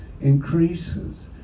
increases